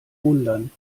wundern